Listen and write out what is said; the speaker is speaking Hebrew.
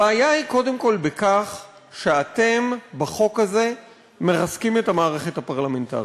הבעיה היא קודם כול בכך שאתם בחוק הזה מרסקים את המערכת הפרלמנטרית.